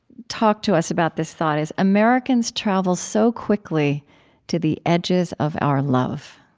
talk to us about this thought, is americans travel so quickly to the edges of our love.